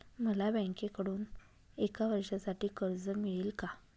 मला बँकेकडून एका वर्षासाठी कर्ज मिळेल का?